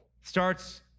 starts